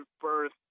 birth